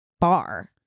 bar